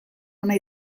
ona